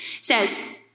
says